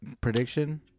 Prediction